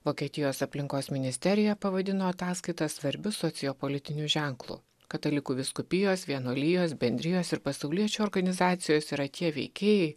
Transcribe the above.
vokietijos aplinkos ministerija pavadino ataskaitą svarbiu sociopolitiniu ženklu katalikų vyskupijos vienuolijos bendrijos ir pasauliečių organizacijos yra tie veikėjai